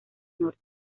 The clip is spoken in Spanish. norte